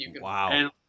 Wow